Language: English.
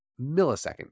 millisecond